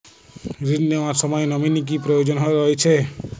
ঋণ নেওয়ার সময় নমিনি কি প্রয়োজন রয়েছে?